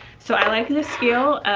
so i like this scale.